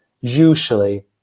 usually